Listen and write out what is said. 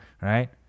right